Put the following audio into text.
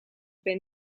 ben